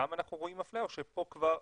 גם אנחנו רואים אפליה או שפה כבר,